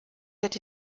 wird